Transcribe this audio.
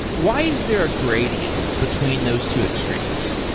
why is there a gradient between those two extremes?